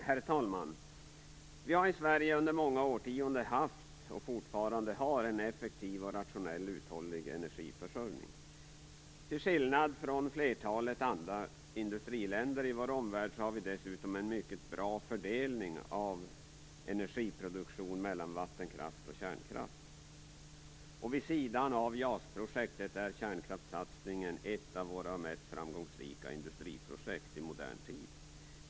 Herr talman! Vi har i Sverige under många årtionden haft och fortfarande har en effektiv och rationell uthållig energiförsörjning. Till skillnad från flertalet andra industriländer i vår omvärld har vi dessutom en mycket bra fördelning av energiproduktion mellan vattenkraft och kärnkraft. Vid sidan av JAS-projektet är kärnkraftssatsningen ett av våra mest framgångsrika industriprojekt i modern tid.